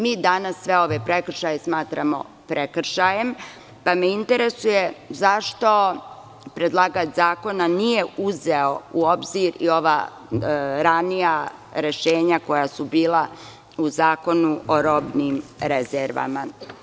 Mi danas sve ove prekršaje smatramo prekršajem, pa me interesuje - zašto predlagač zakona nije uzeo u obzir i ova ranija rešenja koja su bila u Zakonu o robnim rezervama?